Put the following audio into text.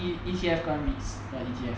E~ E_T_F 跟 REITs 跟 E_T_F